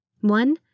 One